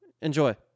Enjoy